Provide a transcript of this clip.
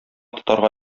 тотарга